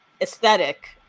aesthetic